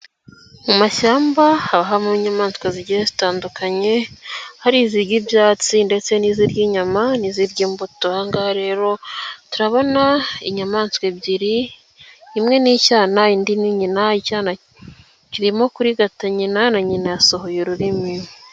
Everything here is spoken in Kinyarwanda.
Mu mashyamba haba habamo inyamaswa zigiye zitandukanye; hari izirya ibyatsi ndetse n'izirya inyama n'izirya imbuto. Ahangaha rero, turabona inyamaswa ebyiri, imwe ni icyana indi ni nyina icyana, kirimo kurigata nyina na nyina yasohoye ururimi.